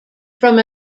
from